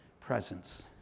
presence